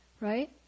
right